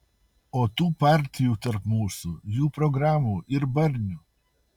o tų partijų tarp mūsų jų programų ir barnių